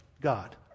God